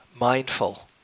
mindful